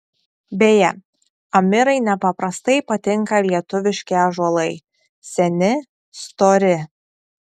beje amirai nepaprastai patinka lietuviški ąžuolai seni stori